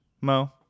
Mo